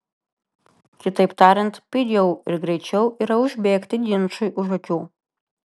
kitaip tariant pigiau ir greičiau yra užbėgti ginčui už akių